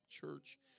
church